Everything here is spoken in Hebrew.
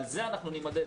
על זה אנחנו נימדד.